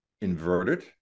inverted